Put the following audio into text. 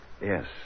Yes